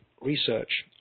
research